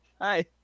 hi